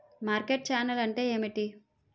Market channel అంటే ఏమిటి?